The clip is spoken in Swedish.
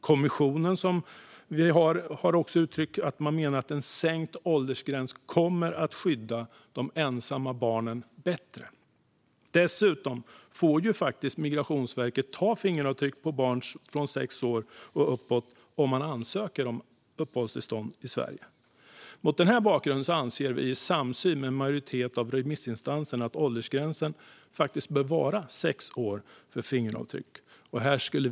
Kommissionen har också uttryckt att sänkt åldersgräns kommer att skydda de ensamma barnen bättre. Dessutom får Migrationsverket faktiskt ta fingeravtryck på barn som är sex år och uppåt om de ansöker om uppehållstillstånd i Sverige. Mot denna bakgrund anser vi, i samsyn med en majoritet av remissinstanserna, att åldersgränsen bör vara sex år för fingeravtryck.